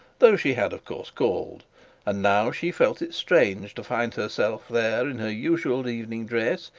though she had of course called and now she felt it strange to find herself there in her usual evening dress,